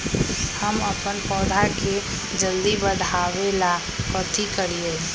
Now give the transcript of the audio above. हम अपन पौधा के जल्दी बाढ़आवेला कथि करिए?